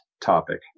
topic